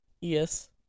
Yes